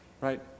Right